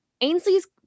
Ainsley's